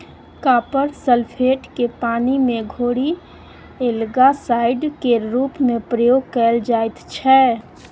copper sulphate केँ पानि मे घोरि एल्गासाइड केर रुप मे प्रयोग कएल जाइत छै